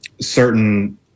certain